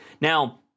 Now